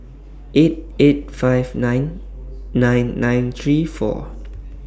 eight eight five nine nine nine three four